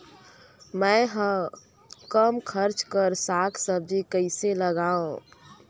मैं हवे कम खर्च कर साग भाजी कइसे लगाव?